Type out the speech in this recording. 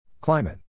Climate